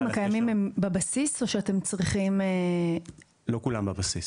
הקיימים הם בבסיס או שאתם צריכים --- לא כולם בבסיס.